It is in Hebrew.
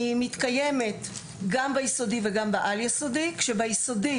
היא מתקיימת גם ביסודי וגם בעל-יסודי כשביסודי